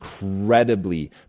incredibly